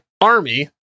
Army